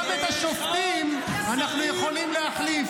גם את השופטים אנחנו יכולים להחליף.